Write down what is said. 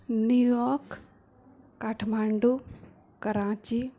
New York Kathmandu Karachi